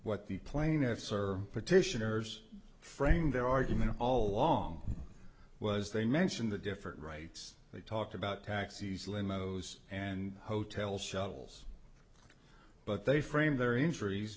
what the plaintiffs are petitioners framed their argument all along was they mention the different rights they talk about taxis limos and hotel shuttles but they framed their injuries